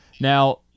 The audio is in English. Now